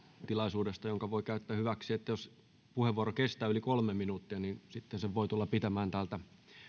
tilaisuudesta jonka voi käyttää hyväksi että jos puheenvuoro kestää yli kolme minuuttia niin sen voi tulla pitämään täältä